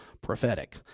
prophetic